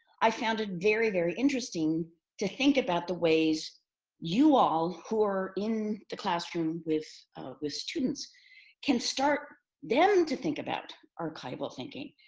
i found it very, very interesting to think about the ways you all who are in the classroom with with students can start them to think about archival thinking.